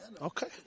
okay